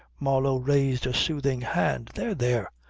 marlow raised a soothing hand. there! there!